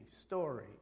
story